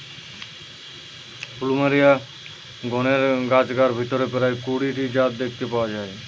plumeria গণের গাছগার ভিতরে প্রায় কুড়ি টি জাত দেখতে পাওয়া যায়